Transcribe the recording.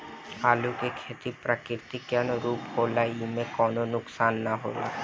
आलू के खेती प्रकृति के अनुरूप होला एइमे कवनो नुकसान ना होला